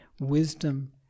wisdom